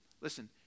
listen